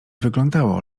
wyglądało